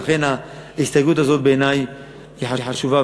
ולכן ההסתייגות הזאת בעיני היא חשובה,